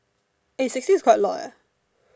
eh sixty is quite a lot eh